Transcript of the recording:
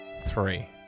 Three